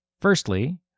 Firstly